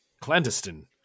clandestine